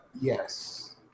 Yes